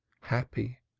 happy,